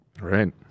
Right